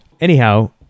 Anyhow